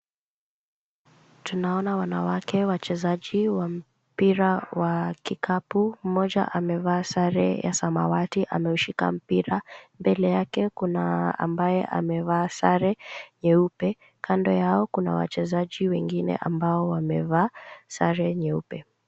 Tunaona wanawake wachezaji wa mpira wa kikapu mmoja amevaa sare ya samawati ameushika mpira, mbele yake kuna ambaye amevaa sare nyeupe kando yao, kuna wachezaji wengine ambao wamevaa sare nyeupe.